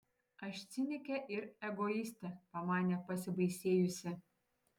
aš cinikė ir egoistė pamanė pasibaisėjusi